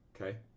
Okay